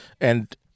And-